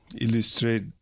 illustrate